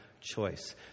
choice